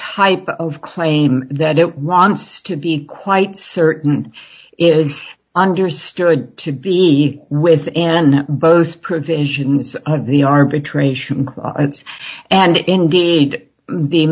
type of claim that it wants to be quite certain is understood to be with and both provisions of the arbitration clause and indeed the